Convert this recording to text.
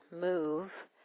Move